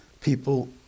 people